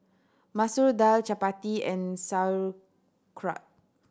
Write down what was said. Masoor Dal Chapati and Sauerkraut